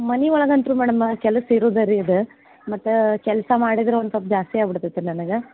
ಮನೆ ಒಳಗೆ ಅಂತು ಮೇಡಮ್ಮ ಕೆಲಸ ಇರೋದೆರೀ ಅದು ಮತ್ತು ಕೆಲಸ ಮಾಡಿದ್ರೆ ಒಂದು ಸ್ವಲ್ಪ ಜಾಸ್ತಿ ಆಗ್ಬಿಡ್ತೈತ್ರಿ ನನಗೆ